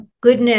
goodness